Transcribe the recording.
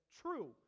true